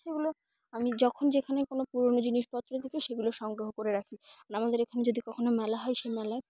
সেগুলো আমি যখন যেখানে কোনো পুরনো জিনিসপত্র দিকে সেগুলো সংগ্রহ করে রাখি আর আমাদের এখানে যদি কখনও মেলা হয় সেই মেলায়